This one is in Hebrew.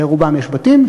לרובם יש בתים.